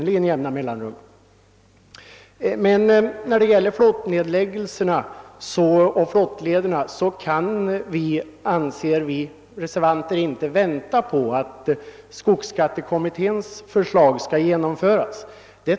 Enligt den uppfattning som vi reservanter har, skulle det emellertid ta för lång tid att vänta på att skogsskattekommitténs förslag skall genomföras.